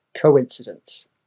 coincidence